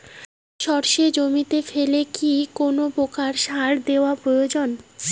সর্ষে জমিতে ফেলে কি কোন প্রকার সার দেওয়া প্রয়োজন?